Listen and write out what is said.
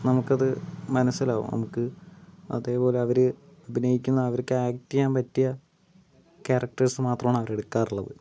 നമുക്കത് മനസ്സിലാവും നമുക്ക് അതേപോലെ അവര് അഭിനയിക്കുന്ന അവർക്ക് ആക്ട് ചെയ്യാൻ പറ്റിയ കാരക്ടേഴ്സ് മാത്രമാണ് അവരെടുക്കാറുള്ളത്